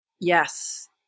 Yes